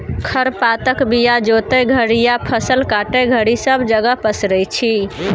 खर पातक बीया जोतय घरी या फसल काटय घरी सब जगह पसरै छी